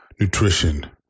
nutrition